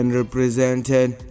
represented